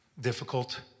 difficult